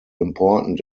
important